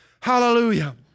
Hallelujah